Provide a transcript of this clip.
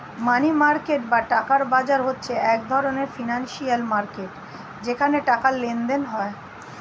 মানি market বা টাকার বাজার হচ্ছে এক ধরণের ফিনান্সিয়াল মার্কেট যেখানে টাকার লেনদেন হয়